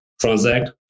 transact